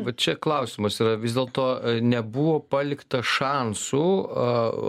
va čia klausimas yra vis dėlto nebuvo palikta šansų